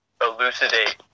elucidate